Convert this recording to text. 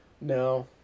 No